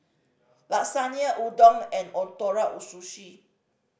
Lasagne Udon and Ootoro Sushi